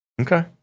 Okay